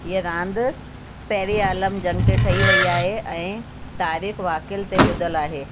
हीअं रांदि पहिरें आलम जंग में ठही वई आहे ऐं तारीख़ु वाकियनि ते बुधलु आहे